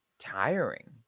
tiring